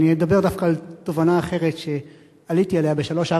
אני אדבר דווקא על תובנה אחרת שעליתי עליה בשלוש,